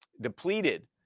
depleted